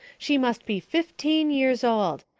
she must be fifteen yers old.